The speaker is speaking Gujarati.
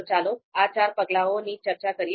તો ચાલો આ ચાર પગલાઓની ચર્ચા કરીએ